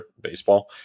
baseball